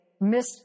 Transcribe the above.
Miss